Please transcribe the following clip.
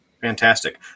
Fantastic